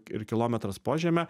ir kilometras po žeme